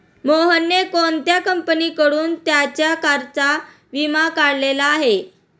मोहनने कोणत्या कंपनीकडून त्याच्या कारचा विमा काढलेला आहे?